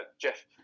Jeff